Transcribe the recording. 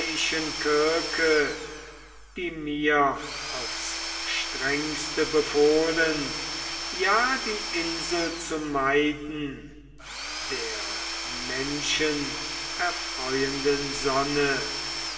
die mir aufs strengste befohlen ja die insel zu meiden der menschenerfreuenden sonne